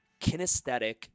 kinesthetic